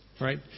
right